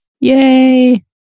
Yay